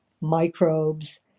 microbes